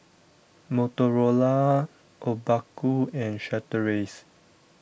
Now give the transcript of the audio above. Motorola Obaku and Chateraise